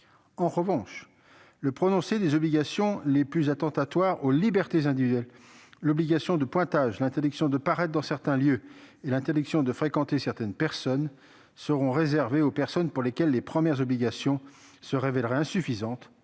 En revanche, le prononcé des obligations les plus attentatoires aux libertés individuelles- obligation de pointage, interdiction de paraître dans certains lieux et interdiction de fréquenter certaines personnes -serait réservé aux personnes pour lesquelles les premières obligations se révéleraient insuffisantes,